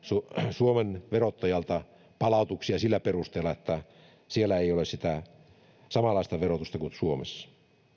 suomen verottajalta palautuksia sillä perusteella että siellä ei ole samanlaista verotusta kuin suomessa